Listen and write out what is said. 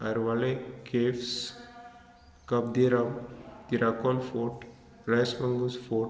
Arvalem caves कब्दिराम Tiracol fort Reis Magos fort